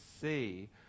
see